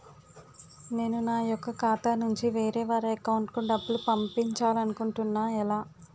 నేను నా యెక్క ఖాతా నుంచి వేరే వారి అకౌంట్ కు డబ్బులు పంపించాలనుకుంటున్నా ఎలా?